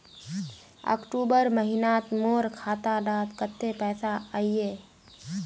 अक्टूबर महीनात मोर खाता डात कत्ते पैसा अहिये?